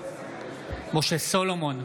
משה סולומון,